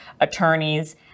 attorneys